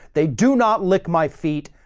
they do not lick my feet.